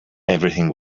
everything